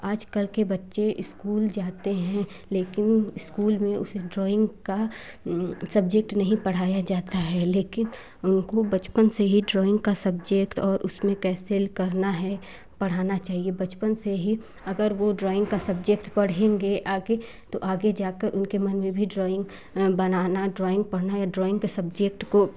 आजकल के बच्चे इस्कूल जाते हैं लेकिन इस्कूल में उसे ड्राॅइंग का सब्जेक्ट नहीं पढ़ाया जाता है लेकिन उनको बचपन से ही ड्राॅइंग का सब्जेक्ट और उसमें करना है पढ़ाना चाहिए बचपन से ही अगर वो ड्राॅइंग का सब्जेक्ट पढ़ेंगे आगे तो आगे जा कर उनके मन में भी ड्राॅइंग बनाना ड्राॅइंग पढ़ना या ड्राॅइंग के सब्जेक्ट को